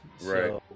right